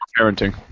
parenting